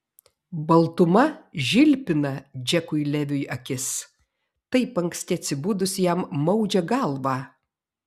baltuma žilpina džekui leviui akis taip anksti atsibudus jam maudžia galvą